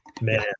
man